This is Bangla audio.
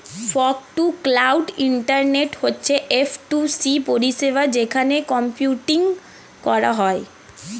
ফগ টু ক্লাউড ইন্টারনেট হচ্ছে এফ টু সি পরিষেবা যেখানে কম্পিউটিং করা হয়